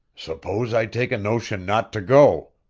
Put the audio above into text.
suppose i take a notion not to go?